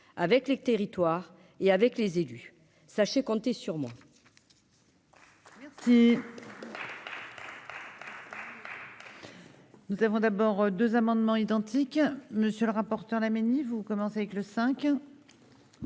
avec les territoires, et avec les élus, sachez compter sur moi.